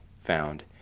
found